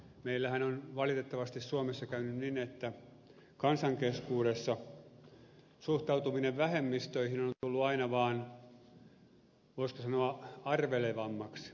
meillähän on valitettavasti suomessa käynyt niin että kansan keskuudessa suhtautuminen vähemmistöihin on tullut aina vaan voisiko sanoa arvelevammaksi